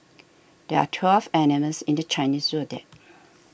there are twelve animals in the Chinese zodiac